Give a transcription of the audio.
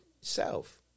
self